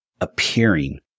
appearing